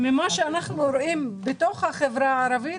מה שאנחנו רואים בתוך החברה הערבית,